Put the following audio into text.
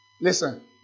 listen